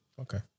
Okay